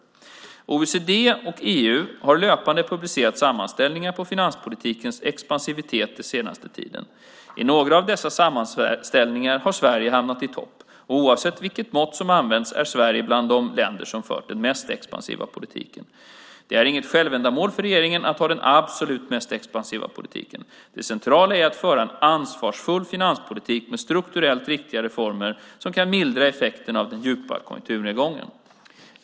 OECD och EU har löpande publicerat sammanställningar på finanspolitikens expansivitet den senaste tiden. I några av dessa sammanställningar har Sverige varit i topp, och oavsett vilket mått som används är Sverige bland de länder som för den mest expansiva politiken. Det är inget självändamål för regeringen att ha den absolut mest expansiva politiken. Det centrala är att föra en ansvarsfull finanspolitik med strukturellt riktiga reformer som kan mildra effekten av den djupa konjunkturnedgången.